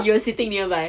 you were sitting nearby